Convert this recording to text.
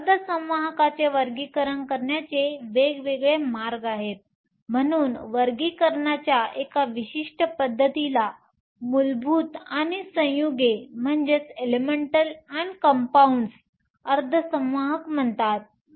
तर अर्धसंवाहकाचे वर्गीकरण करण्याचे वेगवेगळे मार्ग आहेत म्हणून वर्गीकरणाच्या एका विशिष्ट पद्धतीला मूलभूत आणि संयुगे अर्धसंवाहक म्हणतात